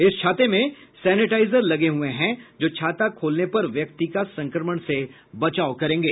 इस छाते में सेनेटाइजर लगे हुए हैं जो छाता खोलने पर व्यक्ति का संक्रमण से बचाव करेंगे